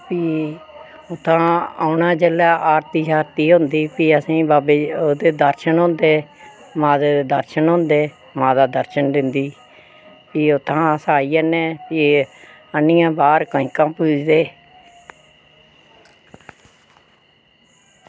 भी उत्थां औना जेल्लै आरती होंदी भी असेंगी ओह्दे दर्शन होंदे माता दे दर्शन होंदे माता दर्शन दिंदी भी उत्थां अस आई जन्ने भी आह्नियै बाहर कंजकां पूजदे